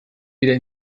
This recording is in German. wieder